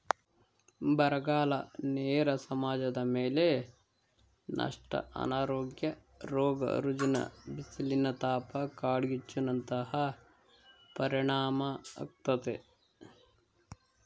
ಬರಗಾಲ ನೇರ ಸಮಾಜದಮೇಲೆ ನಷ್ಟ ಅನಾರೋಗ್ಯ ರೋಗ ರುಜಿನ ಬಿಸಿಲಿನತಾಪ ಕಾಡ್ಗಿಚ್ಚು ನಂತಹ ಪರಿಣಾಮಾಗ್ತತೆ